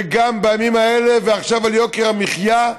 וגם בימים האלה, ועכשיו על יוקר המחיה.